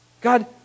God